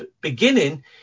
beginning